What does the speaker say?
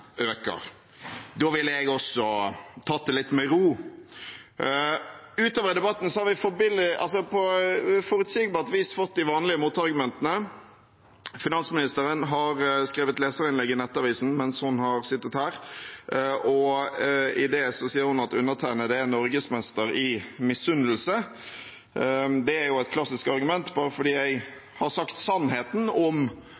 øker. Da ville jeg også tatt det litt med ro. Utover i debatten har vi på forutsigbart vis fått de vanlige motargumentene. Finansministeren har skrevet leserinnlegg i Nettavisen mens hun har sittet her, og i det sier hun at undertegnede er «norgesmester i misunnelse». Det er jo et klassisk argument – bare fordi